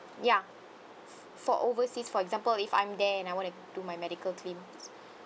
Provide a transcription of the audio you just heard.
ya for overseas for example if I'm there and I wanna do my medical claims